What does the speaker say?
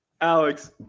Alex